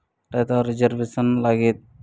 ᱨᱮᱫᱚ ᱨᱤᱡᱟᱨᱵᱷᱮᱥᱮᱱ ᱞᱟᱹᱜᱤᱫ